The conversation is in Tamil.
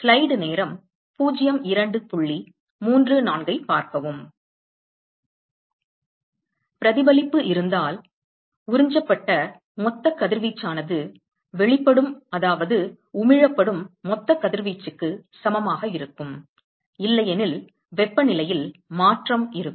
பிரதிபலிப்பு இருந்தால் பிரதிபலிப்பு இருந்தால் உறிஞ்சப்பட்ட மொத்த கதிர்வீச்சு ஆனது வெளிப்படும் உமிழப்படும் மொத்த கதிர்வீச்சுக்கு சமமாக இருக்கும் இல்லையெனில் வெப்பநிலையில் மாற்றம் இருக்கும்